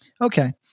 Okay